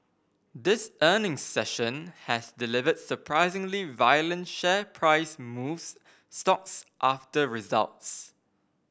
this earnings session has delivered surprisingly violent share price moves stocks after results